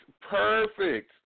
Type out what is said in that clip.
perfect